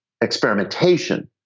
experimentation